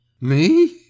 Me